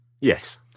Yes